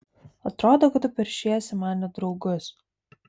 atrodo kad tu peršiesi man į draugus